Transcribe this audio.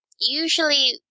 Usually